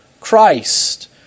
Christ